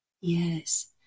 Yes